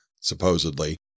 supposedly